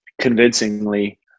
convincingly